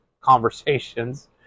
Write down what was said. conversations